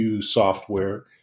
software